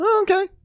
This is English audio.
Okay